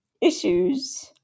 issues